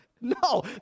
No